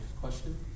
Question